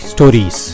Stories